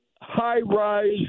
high-rise